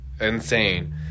Insane